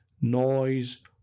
noise